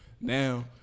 Now